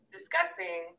discussing